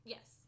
Yes